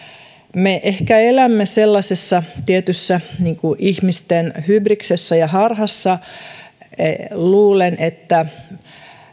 me ehkä elämme sellaisessa tietyssä ihmisten hybriksessä ja harhassa luullen että